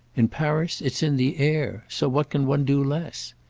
in paris it's in the air so what can one do less?